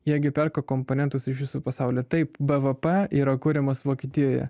jie gi perka komponentus iš viso pasaulio taip bvp yra kuriamas vokietijoje